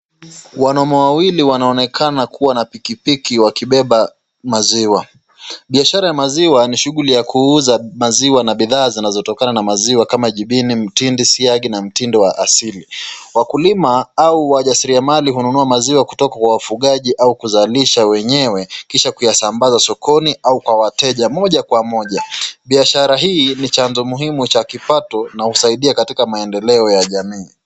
Wanaume wa wawili wanaonekana kuwa na pikipiki wakibeba maziwa. Biashara ya maziwa ni shughuli ya kuuza maziwa na bidhaa zinazotokana na maziwa kama jibini, mtindi, siagi na mtindo wa asili. Wakulima au wajasiriamali hununua maziwa kutoka kwa wafugaji au kuzalisha wenyewe kisha kuyasambaza sokoni au kwa wateja moja kwa moja. Biashara hii ni chanzo muhimu cha kipato na husaidia katika maendeleo ya jamii.